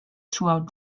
throughout